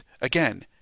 Again